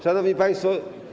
Szanowni Państwo!